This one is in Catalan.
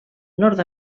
nord